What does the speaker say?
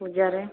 ପୂଜାରେ